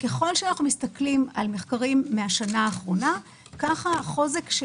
ככל שאנחנו מסתכלים על מחקרים מן השנה האחרונה כך החוזק של